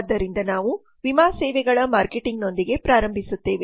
ಆದ್ದರಿಂದ ನಾವು ವಿಮಾ ಸೇವೆಗಳ ಮಾರ್ಕೆಟಿಂಗ್ನೊಂದಿಗೆ ಪ್ರಾರಂಭಿಸುತ್ತೇವೆ